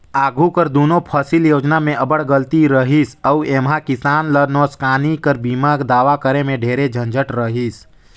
आघु कर दुनो फसिल योजना में अब्बड़ गलती रहिस अउ एम्हां किसान ल नोसकानी कर बीमा दावा करे में ढेरे झंझट रहिस